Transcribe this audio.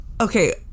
Okay